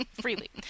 freely